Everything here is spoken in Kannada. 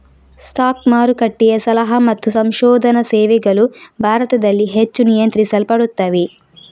ಸ್ಟಾಕ್ ಮಾರುಕಟ್ಟೆಯ ಸಲಹಾ ಮತ್ತು ಸಂಶೋಧನಾ ಸೇವೆಗಳು ಭಾರತದಲ್ಲಿ ಹೆಚ್ಚು ನಿಯಂತ್ರಿಸಲ್ಪಡುತ್ತವೆ